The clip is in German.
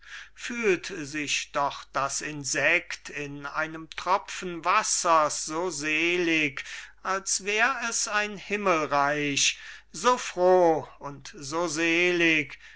versöhnt fühlt sich doch das insekt in einem tropfen wassers so selig als wär es ein himmelreich so froh und so selig